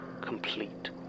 complete